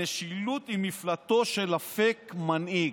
המשילות היא מפלטו של הפייק-מנהיג.